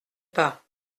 pas